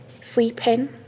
sleeping